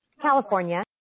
california